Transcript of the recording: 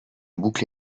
boucle